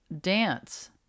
dance